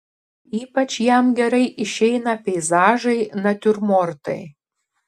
ypač jam gerai išeina peizažai natiurmortai